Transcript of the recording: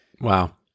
Wow